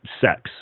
sex